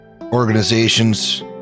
organizations